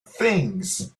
things